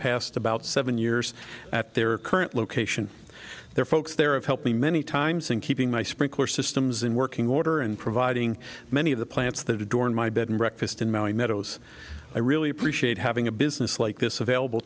past about seven years at their current location their folks there of help me many times in keeping my sprinkler systems in working order and providing many of the plants that adorn my bed and breakfast in mowing meadows i really appreciate having a business like this available